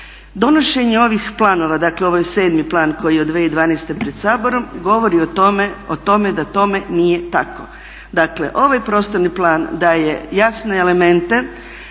Donošenje ovih planova, dakle ovo je 7 plan koji je od 2012.pred Saborom govori o tome da tome nije tako. Dakle, ovaj prostorni plan daje jasne elemente,